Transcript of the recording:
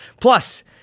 Plus